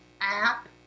app